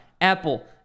Apple